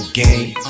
game